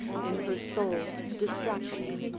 in her soul's distraction.